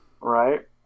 Right